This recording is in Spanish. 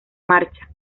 marcha